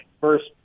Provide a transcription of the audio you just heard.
first